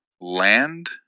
land